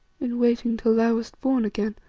in waiting till thou wast born again,